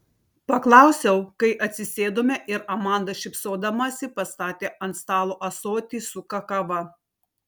paklausiau kai atsisėdome ir amanda šypsodamasi pastatė ant stalo ąsotį su kakava